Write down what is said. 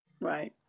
right